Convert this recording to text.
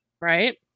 Right